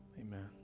amen